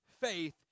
faith